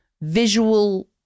visual